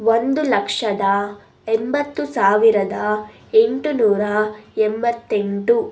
ಒಂದು ಲಕ್ಷದ ಎಂಬತ್ತು ಸಾವಿರದ ಎಂಟು ನೂರ ಎಂಬತ್ತೆಂಟು